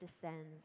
descends